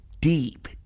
deep